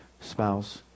spouse